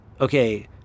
okay